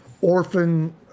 orphan